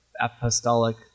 apostolic